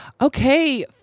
Okay